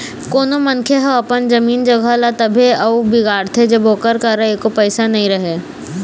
कोनो मनखे ह अपन जमीन जघा ल तभे अउ बिगाड़थे जब ओकर करा एको पइसा नइ रहय